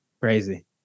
crazy